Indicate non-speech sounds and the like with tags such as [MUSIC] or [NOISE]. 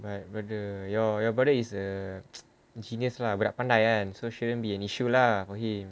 but but the your your brother is a [NOISE] genius lah budak pandai kan so shouldn't be an issue lah for him